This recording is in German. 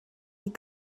die